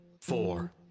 four